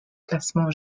classement